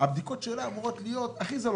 הבדיקות שלה אמורות להיות הכי זולות.